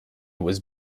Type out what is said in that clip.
was